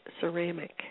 ceramic